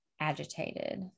agitated